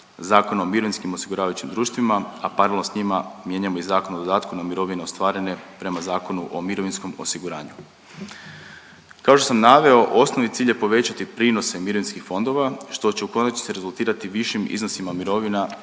Zakona o mirovinskim osiguravajućim društvima, a paralelno s njima mijenjamo i Zakon o dodatku na mirovine ostvarene prema Zakonu o mirovinskom osiguranju. Kao što sam naveo osnovni cilj je povećati prinose mirovinskih fondova što će u konačnici rezultirati višim iznosima mirovina